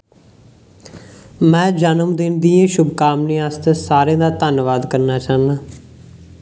मैं जन्मदिन दियें शुभकामनाएं आस्तै सारें दा धन्नवाद करना चाह्न्नां